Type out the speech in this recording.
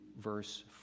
verse